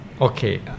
Okay